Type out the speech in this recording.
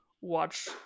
watch